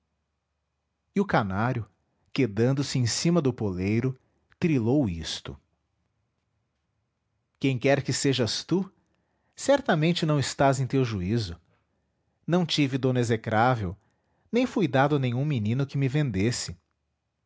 e o canário quedando se em cima do poleiro trilou isto quem quer que sejas tu certamente não estás em teu juízo não tive dono execrável nem fui dado a nenhum menino que me vendesse